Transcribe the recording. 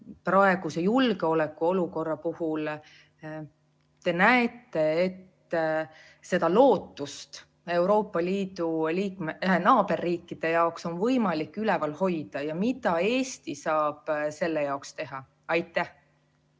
praeguse julgeolekuolukorra puhul seda lootust Euroopa Liidu naaberriikide jaoks on võimalik üleval hoida ja mida Eesti saab selle jaoks teha? Aitäh!